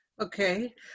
Okay